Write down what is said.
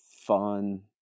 fun